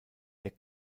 der